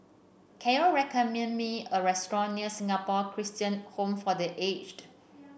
can you recommend me a restaurant near Singapore Christian Home for The Aged